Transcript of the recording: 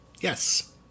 Yes